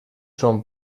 són